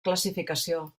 classificació